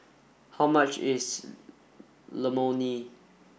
how much is